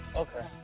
okay